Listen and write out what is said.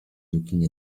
looking